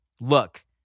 look